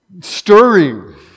stirring